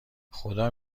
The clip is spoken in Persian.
خدا